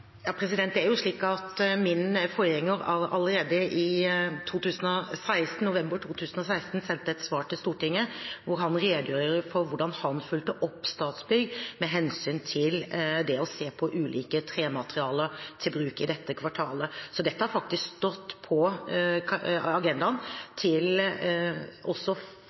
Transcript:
Min forgjenger sendte allerede i november 2016 et svar til Stortinget der han redegjorde for hvordan han fulgte opp Statsbygg med hensyn til å se på ulike trematerialer til bruk i dette kvartalet. Så dette har faktisk stått på agendaen også til